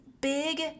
big